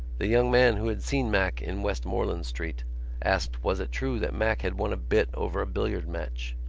the young man who had seen mac in westmoreland street asked was it true that mac had won a bit over a billiard match.